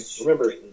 Remember